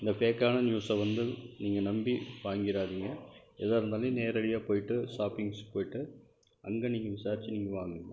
இந்த ஃபேக்கான நியூஸை வந்து நீங்கள் நம்பி வாங்கிடாதிங்க எதாக இருந்தாலும் நேரடியாக போயிட்டு ஷாப்பிங்ஸ் போயிட்டு அங்கே நீங்கள் விசாரிச்சு நீங்கள் வாங்குங்க